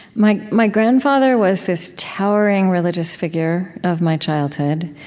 my my grandfather was this towering religious figure of my childhood.